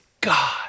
God